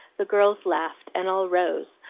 the girls laughed, and all rose,